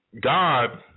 God